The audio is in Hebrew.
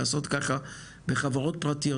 בחברות פרטיות,